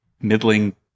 middling